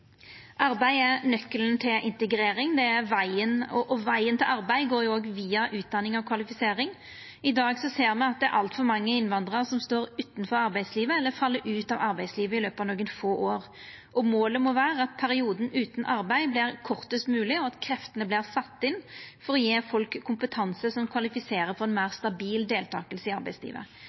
er nøkkelen til integrering, og vegen til arbeid går via utdanning og kvalifisering. I dag ser me at det er altfor mange innvandrarar som står utanfor arbeidslivet, eller fell ut av arbeidslivet i løpet av nokre få år. Målet må vera at perioden utan arbeid vert kortast mogleg, og at kreftene vert sette inn for å gje folk kompetanse som kvalifiserer for ei meir stabil deltaking i arbeidslivet.